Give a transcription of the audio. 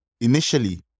initially